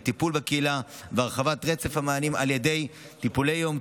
לטיפול בקהילה והרחבת רצף המענים על ידי טיפולי יום,